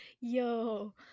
yo